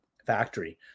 factory